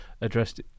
addressed